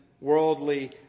worldly